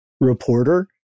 reporter